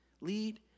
lead